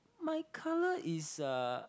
my colour is uh